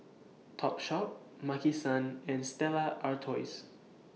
Topshop Maki San and Stella Artois